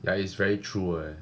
ya it's very true leh